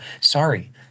Sorry